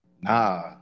Nah